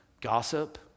Gossip